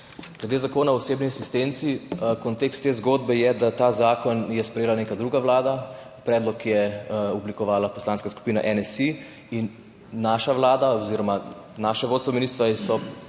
Glede Zakona o osebni asistenci. Kontekst te zgodbe je, da je ta zakon sprejela neka druga vlada, predlog je oblikovala Poslanska skupina NSi in naša vlada oziroma naše vodstvo ministrstva